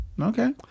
Okay